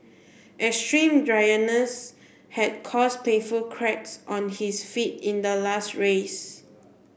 extreme dryness had caused painful cracks on his feet in the last race